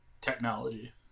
Technology